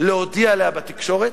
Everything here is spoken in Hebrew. להודיע עליה לתקשורת,